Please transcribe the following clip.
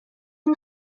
جور